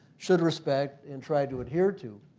should respect and try to adhere to.